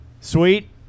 Sweet